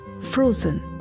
Frozen